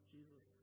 Jesus